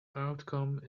outcome